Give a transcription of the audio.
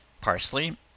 parsley